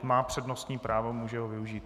Má přednostní právo, může ho využít.